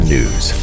News